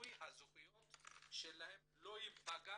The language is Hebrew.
המיצוי זכויות שלהם לא ייפגע